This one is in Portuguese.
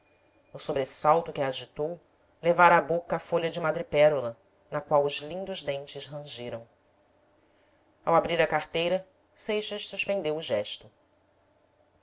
no sobressalto que a agitou levara à boca a folha de madrepérola na qual os lindos dentes rangeram ao abrir a carteira seixas suspendeu o gesto